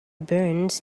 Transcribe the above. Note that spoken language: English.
burned